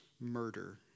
murder